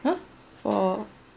!huh! for